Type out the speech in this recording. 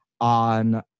on